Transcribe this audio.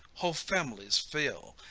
whole families feel,